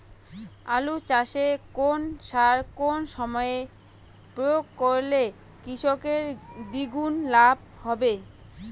আলু চাষে কোন সার কোন সময়ে প্রয়োগ করলে কৃষকের দ্বিগুণ লাভ হবে?